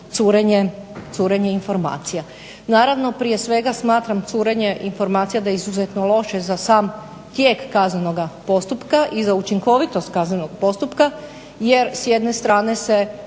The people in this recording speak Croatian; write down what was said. curenje informacija. Naravno prije svega smatram curenje informacija da je izuzetno loše za sam tijek kaznenoga postupka i za učinkovitost kaznenog postupka jer s jedne strane se